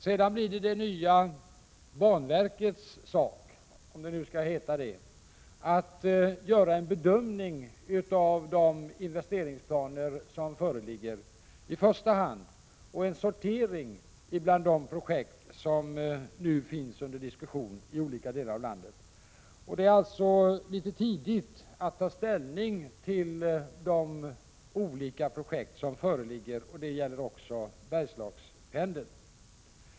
Sedan blir det det nya banverkets sak — om det nu skall heta så — att göra en bedömning av de investeringsplaner som föreligger i första hand och en sortering bland de projekt som nu är under diskussion i olika delar av landet. Det är litet tidigt att ta ställning till de olika projekt som föreligger. Detta gäller också Bergslagspendeln.